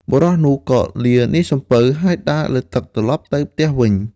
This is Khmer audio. បុរសនោះក៏លានាយសំពៅ ហើយដើរលើទឹកត្រឡប់ទៅផ្ទះវិញ។